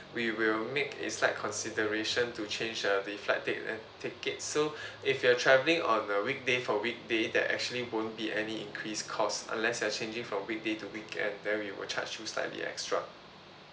we will make a slight consideration to change uh the flight tick~ ticket so if you're travelling on s weekday for weekday that actually won't be any increase cost unless you're changing from weekday to weekend then we will charge you slightly extra